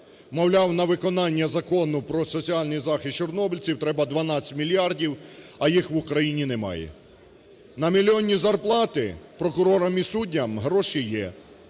мовляв, на виконання Закону "Про соціальний захист чорнобильців" треба 12 мільярдів, а їх в Україні немає. На мільйонні зарплати прокурорам і суддям гроші є,